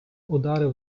ударив